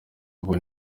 ubwo